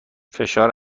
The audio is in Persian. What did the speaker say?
فشار